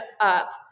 up